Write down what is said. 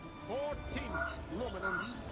fourteenth luminous.